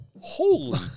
Holy